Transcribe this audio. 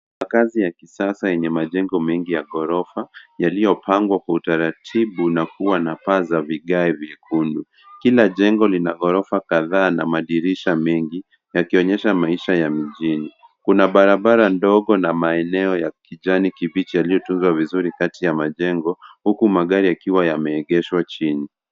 Makazi ya kisasa yenye majengo mengi ya ghorofa, yaliyopangwa kwa utaratibu na kua na paa za vigae vyekundu. Kila jengo lina ghorofa kadhaa na madirisha mengi, yakionyesha maisha ya mijini. Kuna barabara ndogo na maeneo ya kijani kibichi, yaliyotunzwa vizuri kati ya majengo, huku magari yakiwa yameegeshwa chini.